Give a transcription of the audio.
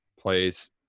plays